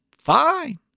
Fine